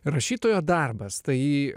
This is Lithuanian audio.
rašytojo darbas tai